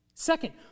Second